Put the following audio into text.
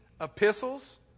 epistles